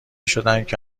شدندکه